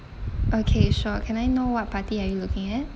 okay sure can I know what party are you looking at